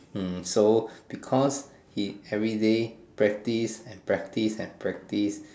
hmm so because he everyday practice and practice and practice